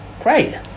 great